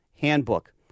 handbook